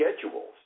schedules